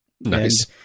Nice